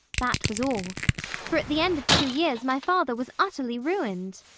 that was all for at the end of two years my father was utterly ruined.